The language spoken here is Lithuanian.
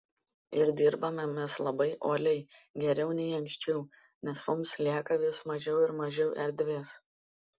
ir dirbame mes labai uoliai geriau nei anksčiau nes mums lieka vis mažiau ir mažiau erdvės